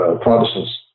Protestants